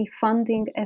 funding